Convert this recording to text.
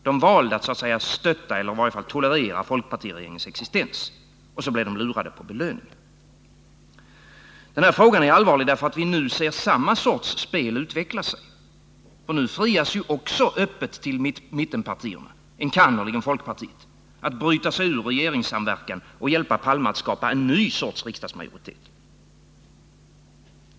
De valde att så att säga stötta, eller i varje fall tolerera, folkpartiregeringens existens. Och sedan blev de lurade på belöningen. Den här frågan är allvarlig, därför att vi nu ser samma sorts spel utveckla sig. Nu frias ju öppet till mittenpartierna, enkannerligen folkpartiet, att bryta sig ur regeringssamverkan och hjälpa Olof Palme att skapa en ny sorts riksdagsmajoritet.